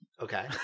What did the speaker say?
Okay